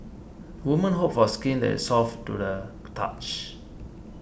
women hope for skin that is soft to the touch